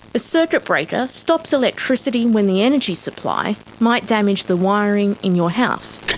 a circuit breaker stops electricity when the energy supply might damage the wiring in your house.